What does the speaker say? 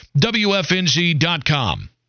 WFNZ.com